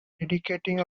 dedicating